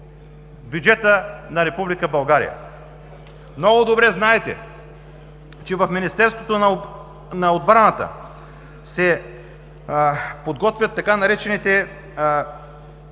бюджета на Република България. Много добре знаете, че в Министерството на отбраната се подготвят така наречените